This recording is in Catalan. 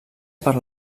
per